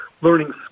learning